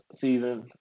season